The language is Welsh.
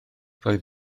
roedd